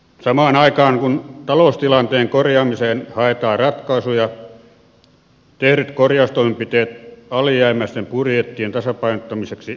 samaan aikaan kun taloustilanteen korjaamiseen haetaan ratkaisuja tehdyt korjaustoimenpiteet alijäämäisten budjettien tasapainottamiseksi aiheuttavat lisää ongelmia